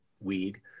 weed